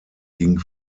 ging